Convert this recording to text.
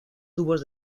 tubos